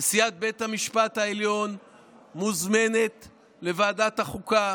נשיאת בית המשפט העליון מוזמנת לוועדת החוקה